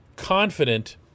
confident